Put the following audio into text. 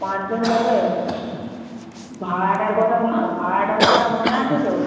পাঁচ জন যাবেন ভাড়াটার কথা ভাড়াটার কথা মনে আছে তো